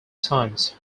times